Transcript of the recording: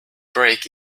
break